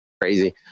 crazy